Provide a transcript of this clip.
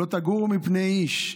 "לא תגורו מפני איש",